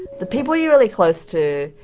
the people you're really close to,